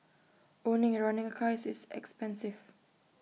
owning and running A car is this expensive